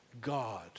God